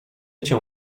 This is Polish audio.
cię